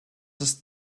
ist